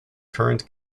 current